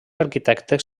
arquitectes